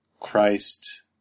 Christ